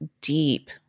deep